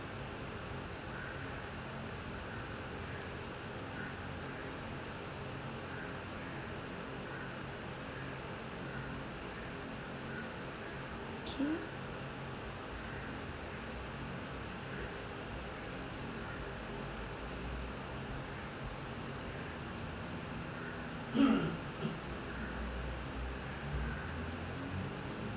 okay